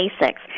basics